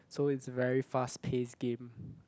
so it's very fast pace game